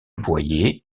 boyer